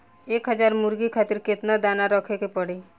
एक हज़ार मुर्गी खातिर केतना दाना रखे के पड़ी?